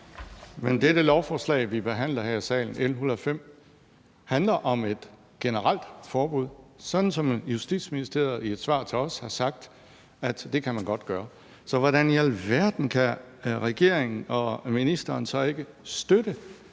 Men dette lovforslag L 105, vi behandler her i salen, handler om et generelt forbud, sådan som Justitsministeriet i et svar til os har sagt at man godt kan gøre. Så hvordan i alverden kan regeringen og ministeren så ikke støtte